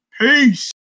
Peace